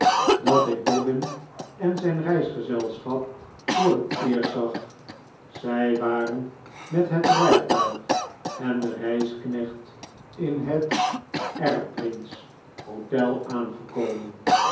dat ik dobbin en zijn reisgezelschap voor het eerst zag zij waren met het rijtuig en den reisknecht in het erbprinz hotel aangekomen